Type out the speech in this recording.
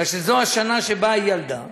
כי זו השנה שבה היא ילדה,